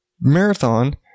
marathon